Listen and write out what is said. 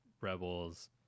rebels